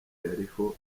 yariho